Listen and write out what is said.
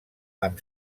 amb